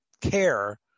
care